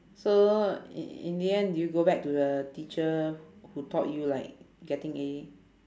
so in in the end did you go back to the teacher who taught you like getting A